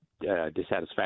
dissatisfaction